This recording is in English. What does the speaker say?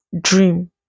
dream